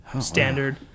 standard